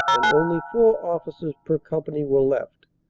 and only four officers per company were left.